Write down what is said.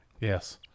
Yes